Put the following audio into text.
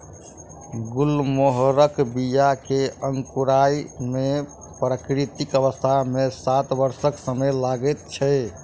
गुलमोहरक बीया के अंकुराय मे प्राकृतिक अवस्था मे सात वर्षक समय लगैत छै